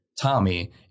Tommy